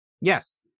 Yes